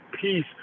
peace